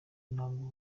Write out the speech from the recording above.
ntabwo